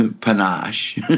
panache